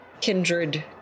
kindred